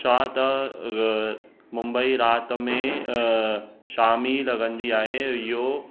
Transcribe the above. छा त मुंबई राति में शाम ई लॻंदी आहे इहो